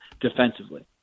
defensively